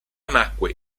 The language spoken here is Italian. nacque